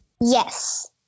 Yes